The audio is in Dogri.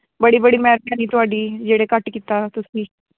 बड़ी बड़ी मैह्रमानी थुआढ़ी जेह्ड़ा घट्ट कीता तुसें